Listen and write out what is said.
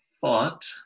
thought